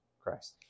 Christ